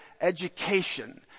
education